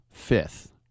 fifth